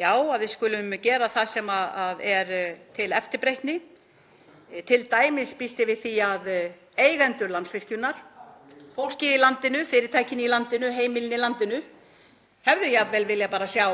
Já, að við skulum gera það sem er til eftirbreytni. Ég býst t.d. við því að eigendur Landsvirkjunar, fólkið í landinu, fyrirtækin í landinu, heimilin í landinu, hefðu jafnvel viljað sjá